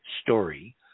story